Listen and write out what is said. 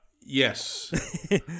yes